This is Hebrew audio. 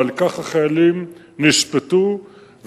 ועל כך החיילים נשפטו,